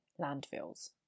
landfills